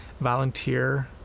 volunteer